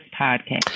podcast